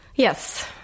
Yes